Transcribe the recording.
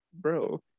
bro